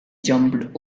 jumped